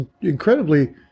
incredibly